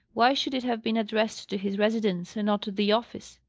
why should it have been addressed to his residence, and not to the office?